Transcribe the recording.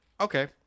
okay